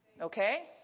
okay